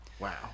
Wow